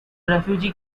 refugee